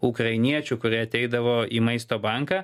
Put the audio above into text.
ukrainiečių kurie ateidavo į maisto banką